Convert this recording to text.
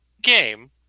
game